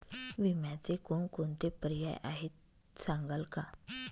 विम्याचे कोणकोणते पर्याय आहेत सांगाल का?